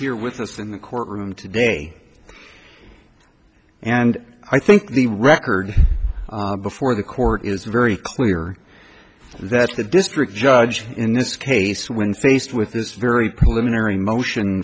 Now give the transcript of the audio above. here with us in the courtroom today and i think the record before the court is very clear that the district judge in this case when faced with this very